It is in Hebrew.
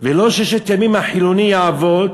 ולא "ששת ימים החילוני יעבוד".